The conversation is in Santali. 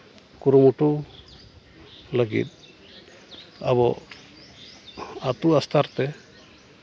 ᱠᱩᱨᱩᱢᱩᱴᱩ ᱞᱟᱹᱜᱤᱫ ᱟᱵᱚ ᱟᱛᱳ ᱟᱥᱛᱷᱟᱨ ᱛᱮ